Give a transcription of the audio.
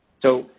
so,